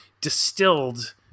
distilled